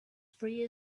free